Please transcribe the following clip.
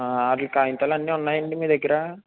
వాటికి కాగితాలు అన్నీ ఉన్నాయా అండి మీ దగ్గర